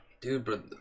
dude